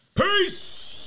Peace